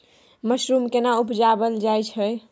Mushroom केना उबजाबल जाय छै?